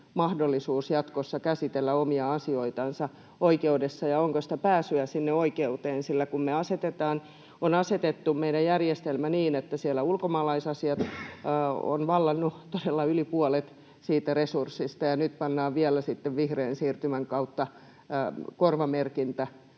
mahdollisuus jatkossa käsitellä omia asioitansa oikeudessa ja onko pääsyä sinne oikeuteen, sillä kun me on asetettu meidän järjestelmä niin, että siellä ulkomaalaisasiat ovat vallanneet todella yli puolet siitä resurssista ja nyt pannaan vielä sitten vihreän siirtymän kautta korvamerkintä,